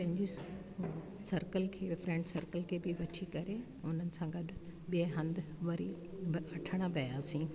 पंहिंजी स सर्कल खे फ्रेंड सर्कल खे बि वठी करे हुननि सां ॻाल्हाए ॿिए हंधु वरी वठणु वियासीं